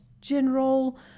general